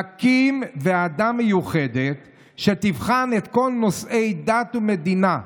נקים ועדה מיוחדת שתבחן את כל נושאי הדת והמדינה.